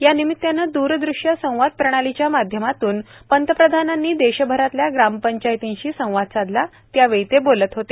या निमित्तानं दूरदृष्य संवाद प्रणालीच्या माध्यमातून पंतप्रधानांनी देशभरातल्या ग्रामपंचायतींशी संवाद साधला त्यावेळी ते बोलत होते